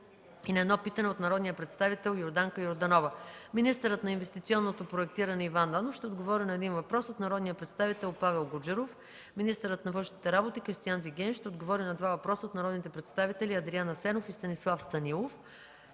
и на едно питане от народния представител Йорданка Йорданова. Министърът на инвестиционните проекти Иван Данов ще отговори на един въпрос от народния представител Павел Гуджеров. Министърът на външните работи Кристиан Вигенин ще отговори на два въпроса от народните представители Адриан Асенов и Станислав Станилов.